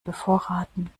bevorraten